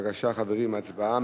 בבקשה, חברים, הצבעה.